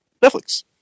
netflix